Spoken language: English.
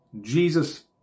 Jesus